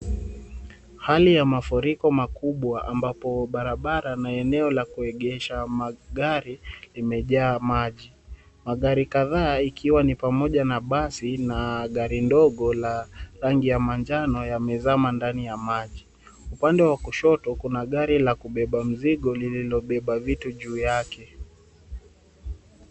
Hali ya mafuriko makubwa ambapo barabara la maeneo la kuegesha magari limejaa maji. Magari kadhaa ikiwa ni pamoja na basi na gari ndogo la rangi ya manjano yamezama ndani ya maji. Upande wa kushoto kuna gari la kubeba mizigo lililobeba vitu juu yake.